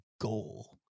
goal